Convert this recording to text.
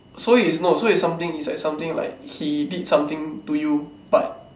so it's not so it's something it's like something like he did something to you but